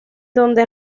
donde